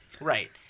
Right